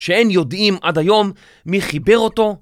שאין יודעים עד היום מי חיבר אותו